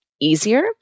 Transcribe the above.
easier